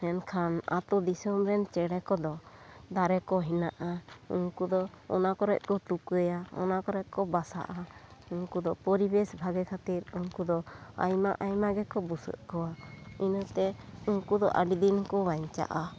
ᱢᱮᱱᱠᱷᱟᱱ ᱟᱹᱛᱩ ᱫᱤᱥᱚᱢ ᱨᱮᱱ ᱪᱮᱸᱬᱮ ᱠᱚᱫᱚ ᱫᱟᱨᱮ ᱠᱚ ᱦᱮᱱᱟᱜᱼᱟ ᱩᱱᱠᱩ ᱫᱚ ᱚᱱᱟ ᱠᱚᱨᱮ ᱠᱚ ᱛᱩᱠᱟᱹᱭᱟ ᱚᱱᱟ ᱠᱚᱨᱮ ᱠᱚ ᱵᱟᱥᱟᱜᱼᱟ ᱩᱱᱠᱩᱫᱚ ᱯᱚᱨᱤᱵᱮᱥ ᱵᱷᱟᱜᱮ ᱠᱷᱟᱹᱛᱤ ᱩᱱᱠᱩ ᱫᱚ ᱟᱭᱢᱟ ᱟᱭᱢᱟ ᱜᱮᱠᱚ ᱵᱩᱥᱟᱹᱜ ᱠᱚᱣᱟ ᱤᱱᱟᱹᱛᱮ ᱩᱱᱠᱩ ᱫᱚ ᱟᱹᱰᱤ ᱫᱤᱱᱠᱚ ᱵᱟᱧᱪᱟᱜᱼᱟ